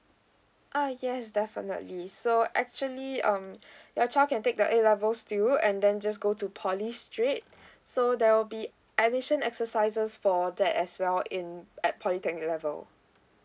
uh yes definitely so actually um your child can take the A level's too and then just go to poly straight so there will be admission exercises for that as well in at polytechnic level